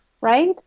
Right